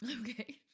Okay